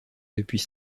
depuis